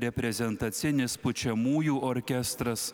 reprezentacinis pučiamųjų orkestras